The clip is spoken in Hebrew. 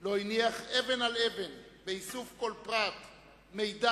לא הותיר אבן על אבן באיסוף כל פרט מידע,